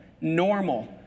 normal